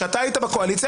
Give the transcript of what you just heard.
כשאתה היית בקואליציה,